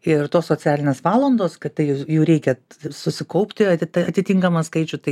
ir tos socialinės valandos kad tai jų reikia susikaupti atiti atitinkamą skaičių tai